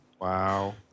Wow